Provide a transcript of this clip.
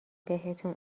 بهتون